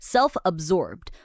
Self-absorbed